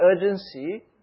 urgency